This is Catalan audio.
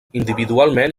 individualment